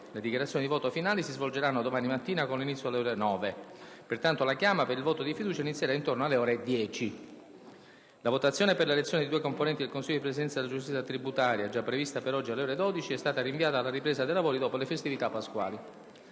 Le dichiarazioni di voto finale si svolgeranno domani mattina con inizio alle ore 9. Pertanto la chiama per il voto di fiducia inizierà intorno alle ore 10. La votazione per l'elezione di due componenti del Consiglio di presidenza della Giustizia tributaria, già prevista per oggi alle ore 12, è stata rinviata alla ripresa dei lavori dopo le festività pasquali.